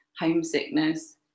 homesickness